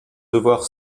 devoir